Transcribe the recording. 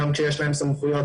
גם כשיש להם סמכויות,